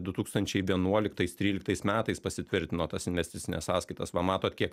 du tūkstančiai vienuoliktais tryliktais metais pasitvirtino tas investicines sąskaitas va matot kiek